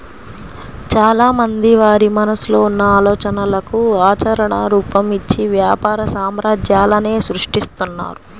చాలామంది వారి మనసులో ఉన్న ఆలోచనలకు ఆచరణ రూపం, ఇచ్చి వ్యాపార సామ్రాజ్యాలనే సృష్టిస్తున్నారు